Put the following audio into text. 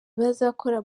bazakora